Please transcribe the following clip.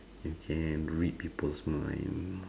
you can read people's mind